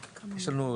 שלנו,